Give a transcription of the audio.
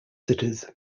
cities